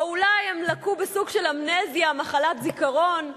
או אולי הם לקו בסוג של אמנזיה, מחלת זיכרון?